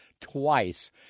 twice